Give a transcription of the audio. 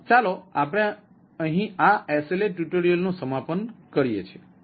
તો ચાલો આપણે અહીં આ SLA ટ્યુટોરિયલનું સમાપન કરીએ